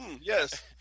Yes